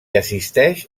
assisteix